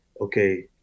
okay